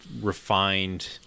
refined